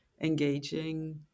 engaging